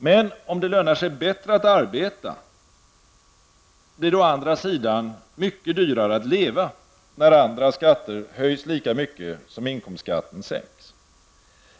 Men om det lönar sig bättre att arbeta, blir det å andra sidan mycket dyrare att leva, när andra skatter höjs lika mycket som inkomstskatten sänks.